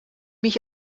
mich